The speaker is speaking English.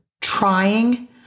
trying